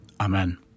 Amen